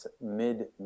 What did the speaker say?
mid